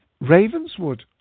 Ravenswood